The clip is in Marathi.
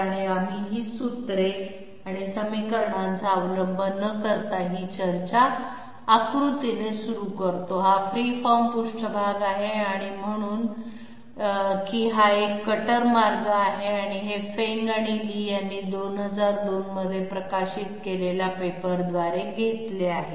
म्हणून आम्ही ही सूत्रे आणि समीकरणांचा अवलंब न करता ही चर्चा आकृतीने सुरू करतो हा फ्री फॉर्म पृष्ठभाग आहे आणि म्हणू की हा एक कटर मार्ग आहे आणि हे फेंग आणि ली यांनी 2002 मध्ये प्रकाशित केलेल्या पेपरद्वारे घेतले आहे